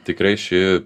tikrai ši